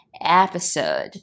episode